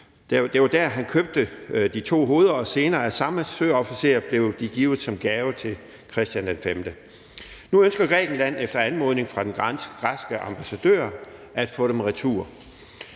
at han købte de to hoveder, og senere blev de af samme søofficer givet som gave til Christian V. Nu ønsker Grækenland efter anmodning fra den græske ambassadør at få dem retur.